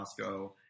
Costco